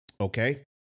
Okay